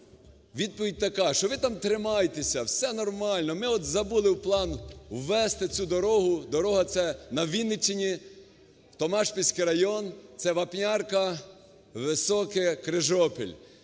відповідь така, що ви там тримайтеся, все нормально, ми от забули в план ввести цю дорогу. Дорога ця на Вінниччині Томашпільський район – це Вапнярка, Високе, Крижопіль.